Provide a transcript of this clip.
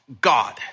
God